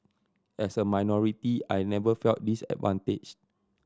as a minority I never felt disadvantaged